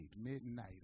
midnight